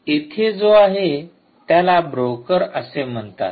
इथे जो आहे त्याला ब्रोकर असे म्हणतात